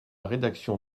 rédaction